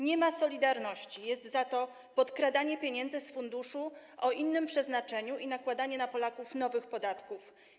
Nie ma solidarności, za to jest podkradanie pieniędzy z funduszu o innym przeznaczeniu i nakładanie na Polaków nowych podatków.